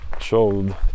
Showed